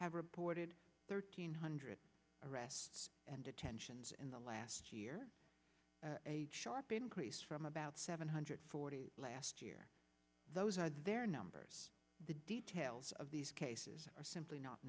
have reported thirteen hundred arrests and detentions in the last year a sharp increase from about seven hundred forty last year those are their numbers the details of these cases are simply